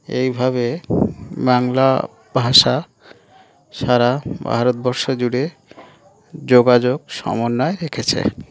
এইভাবে বাংলা ভাষা সারা ভারতবর্ষ জুড়ে যোগাযোগ সমন্বয়ে রেখেছে